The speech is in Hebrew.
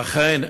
אכן,